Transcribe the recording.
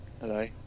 Hello